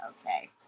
Okay